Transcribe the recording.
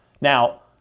Now